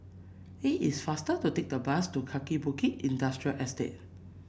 it is faster to take the bus to Kaki Bukit Industrial Estate